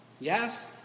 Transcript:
Yes